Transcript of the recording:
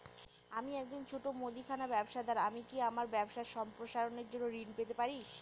আমি একজন ছোট মুদিখানা ব্যবসাদার আমি কি আমার ব্যবসা সম্প্রসারণের জন্য ঋণ পেতে পারি?